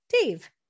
Dave